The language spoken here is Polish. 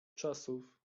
czasów